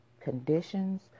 conditions